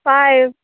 five